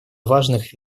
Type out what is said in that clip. важных